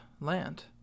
land